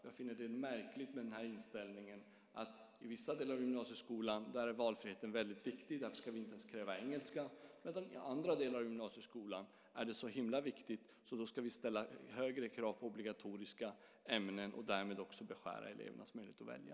Jag finner det märkligt med inställningen att valfriheten i vissa delar av gymnasieskolan är väldigt viktig och att vi därför inte ens ska kräva engelska, medan det i andra delar av gymnasieskolan är så himla viktigt att vi ska ställa högre krav på obligatoriska ämnen och därmed beskära elevernas möjligheter att välja.